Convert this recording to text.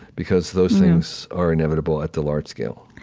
because those things are inevitable at the large scale